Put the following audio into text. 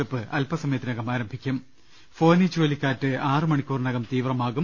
ടുപ്പ് അല്പസമയത്തിനകം ആരംഭിക്കും ഫോനി ചുഴലിക്കാറ്റ് ആറു മണിക്കൂറിനകം തീവ്രമാകും